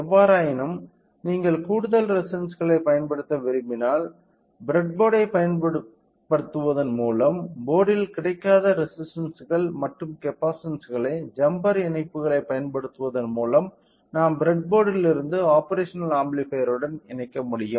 எவ்வாறாயினும் நீங்கள் கூடுதல் ரெசிஸ்டன்ஸ்களைப் பயன்படுத்த விரும்பினால் ப்ரெட்போர்டைப் பயன்படுத்துவதன் மூலம் போர்டில் கிடைக்காத ரெசிஸ்டன்ஸ்கள் மற்றும் கப்பாசிட்டன்ஸ்களை ஜம்பர் இணைப்புகளைப் பயன்படுத்துவதன் மூலம் நாம் பிரெட்போர்டிலிருந்து ஆப்பேரஷனல் ஆம்பிளிபையர்யுடன் இணைக்க முடியும்